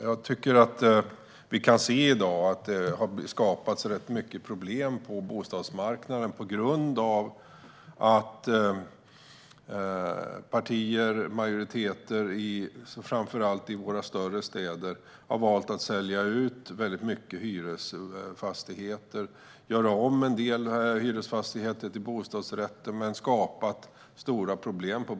Jag tycker att vi i dag kan se att det har skapats rätt mycket problem på bostadsmarknaden på grund av att partier och majoriteter framför allt i våra större städer har valt att sälja ut väldigt mycket hyresfastigheter och göra om en del av dem till bostadsrätter.